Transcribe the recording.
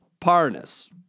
Parnas